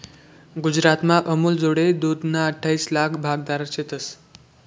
गुजरातमा अमूलजोडे दूधना अठ्ठाईस लाक भागधारक शेतंस